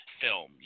film